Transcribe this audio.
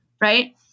right